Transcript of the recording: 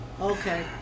Okay